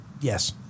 yes